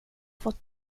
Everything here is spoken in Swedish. fått